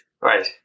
Right